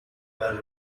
were